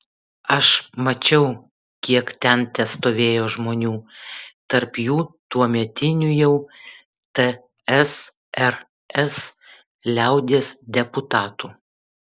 aš mačiau kiek ten testovėjo žmonių tarp jų tuometinių jau tsrs liaudies deputatų